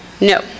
No